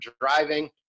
driving